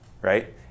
right